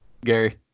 Gary